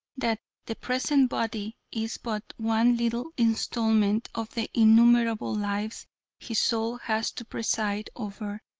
that the present body is but one little installment of the innumerable lives his soul has to preside over,